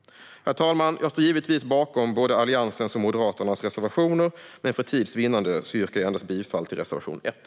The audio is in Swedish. Herr talman! Jag står givetvis bakom både Alliansens och Moderaternas reservationer, men för tids vinnande yrkar jag bifall endast till reservation 1.